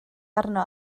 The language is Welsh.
arno